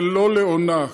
ולא לעונה,